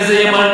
איזה ימני,